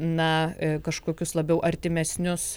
na kažkokius labiau artimesnius